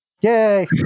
Yay